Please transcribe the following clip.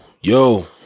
yo